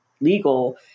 legal